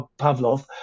Pavlov